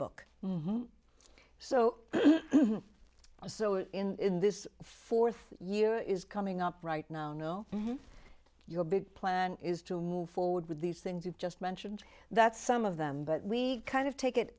book so so in this fourth year is coming up right now no your big plan is to move forward with these things you just mentioned that some of them but we kind of take it